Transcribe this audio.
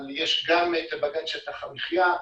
יש גם את בג"ץ שטח המחייה,